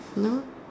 know